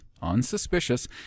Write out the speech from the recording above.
unsuspicious